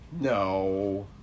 No